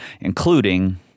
including